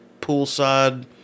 poolside